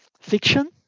fiction